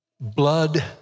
blood